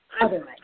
Otherwise